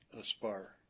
aspire